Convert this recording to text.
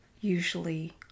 usually